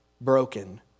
broken